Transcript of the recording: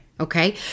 Okay